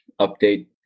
update